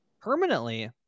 permanently